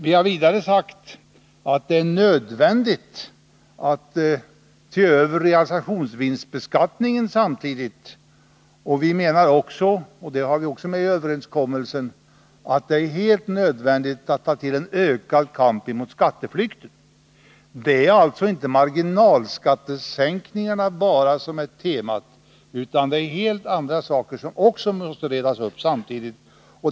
Vi har vidare sagt att det är nödvändigt att se över realisationsvinstbeskattningen samtidigt. Vi menar också — och det har vi med i överenskommelsen — att det är helt nödvändigt att ta till en ökad kamp mot skatteflykten. Det är alltså inte bara marginalskattesänkningarna som är temat, utan helt andra saker måste redas upp samtidigt.